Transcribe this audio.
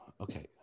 Okay